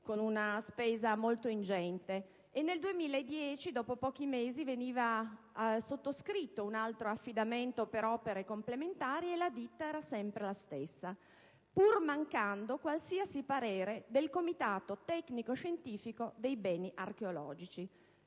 con una spesa molto ingente, e nel 2010, dopo pochi mesi, veniva sottoscritto un altro affidamento per opere complementari, e la ditta era sempre la stessa, pur mancando qualsiasi parere del comitato tecnico‑scientifico per i beni archeologici.